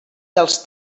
dels